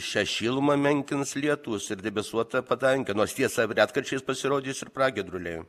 šią šilumą menkins lietus ir debesuota padangė nors tiesa retkarčiais pasirodys ir pragiedruliai